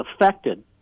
affected